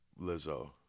Lizzo